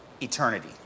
Eternity